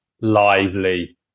lively